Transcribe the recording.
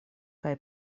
kaj